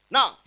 Now